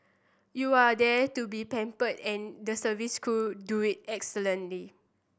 you are there to be pampered and the service crew do it excellently